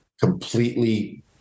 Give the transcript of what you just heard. completely